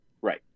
Right